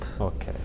Okay